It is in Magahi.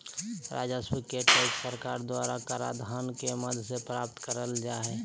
राजस्व के टैक्स सरकार द्वारा कराधान के माध्यम से प्राप्त कइल जा हइ